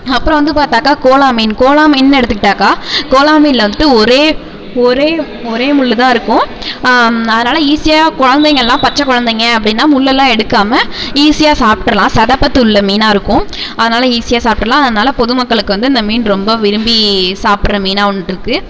அப்புறம் வந்து பார்த்தாக்கா கோலா மீன் கோலா மீன்னு எடுத்துக்கிட்டாக்கா கோலா மீன்ல வந்துட்டு ஒரே ஒரே ஒரே முள் தான் இருக்கும் அதனால ஈஸியாக குழந்தைங்கெல்லாம் பச்ச குழந்தைங்க அப்படின்னா முள்ளெல்லாம் எடுக்காமல் ஈஸியாக சாப்பிட்ருலாம் சதை பத்து உள்ள மீனாக இருக்கும் அதனால ஈஸியாக சாப்பிட்ருலாம் அதனால பொது மக்களுக்கு வந்து அந்த மீன் ரொம்ப விரும்பி சாப்பிட்ற மீனாகவும் இருக்குது